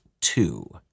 two